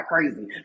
crazy